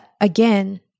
again